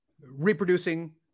Reproducing